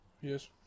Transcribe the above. Yes